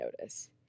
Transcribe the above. notice